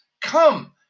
Come